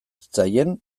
zitzaien